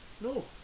No